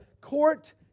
court